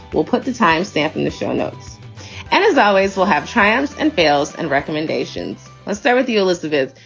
we'll put the time stamp in the show notes and as always, we'll have triumphs and fields and recommendations. let's start with you, elizabeth.